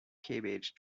cabbage